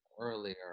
earlier